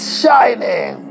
shining